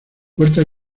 puerta